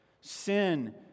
Sin